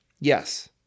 Yes